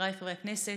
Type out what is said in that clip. חבריי חברי הכנסת,